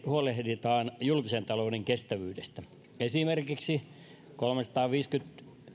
huolehditaan julkisen talouden kestävyydestä esimerkiksi kolmensadanviidenkymmenen